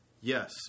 Yes